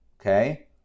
okay